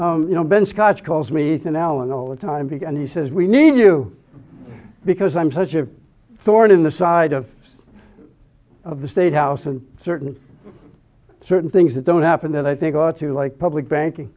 it you know been scotched calls me thin allen all the time because he says we need you because i'm such a thorn in the side of of the state house and certain certain things that don't happen that i think ought to like public banking